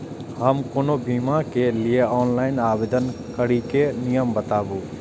हम कोनो बीमा के लिए ऑनलाइन आवेदन करीके नियम बाताबू?